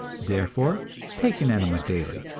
therefore take an enema daily,